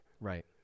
Right